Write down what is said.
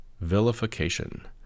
Vilification